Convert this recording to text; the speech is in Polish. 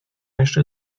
jeszcze